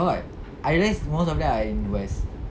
got I realised most of them are in west